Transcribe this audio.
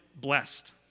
blessed